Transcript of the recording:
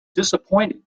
disappointed